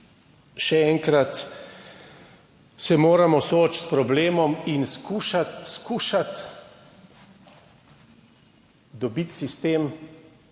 še enkrat, se moramo soočiti s problemom in skušati dobiti sistem,